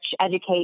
educate